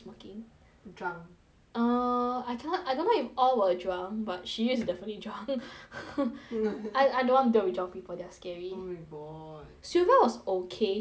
drunk err I cannot I don't know if all were drunk but she is definitely drunk I I don't want to deal with drunk people they're scary oh my god silvia was okay she's just chaotic